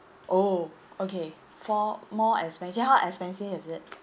oh okay for more expensive how expensive is it